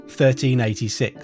1386